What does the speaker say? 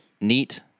Neat